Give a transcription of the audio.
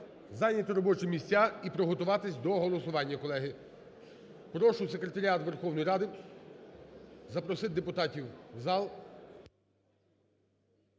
зайняти робочі місця і приготуватись до голосування, колеги. Прошу Секретаріат Верховної Ради запросити депутатів в зал.